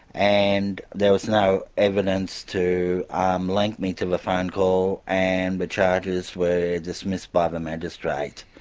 and there was no evidence to um link me to the phone call and the charges were dismissed by the magistrate,